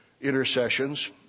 intercessions